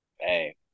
Hey